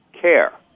care